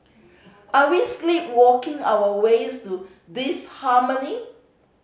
are we sleepwalking our ways to disharmony